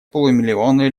полумиллиона